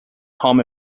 home